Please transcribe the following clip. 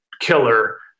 killer